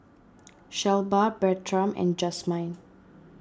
Shelba Bertram and Jazmyne